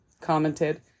commented